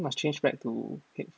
must change back to